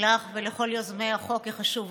לך ולכל יוזמי החוק החשוב הזה.